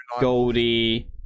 Goldie